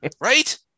Right